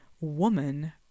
woman